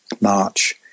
March